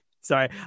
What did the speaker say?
Sorry